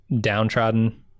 downtrodden